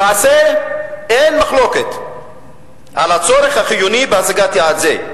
למעשה, אין מחלוקת על הצורך החיוני בהשגת יעד זה.